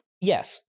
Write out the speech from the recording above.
Yes